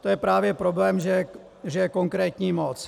To je právě problém, že je konkrétní moc.